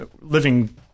living